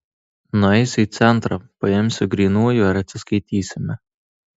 nueisiu į centrą paimsiu grynųjų ir atsiskaitysime